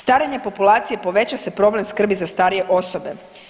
Starenjem populacije poveća se problem skrbi za starije osobe.